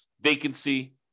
vacancy